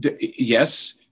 yes